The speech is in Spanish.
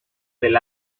del